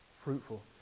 fruitful